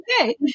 okay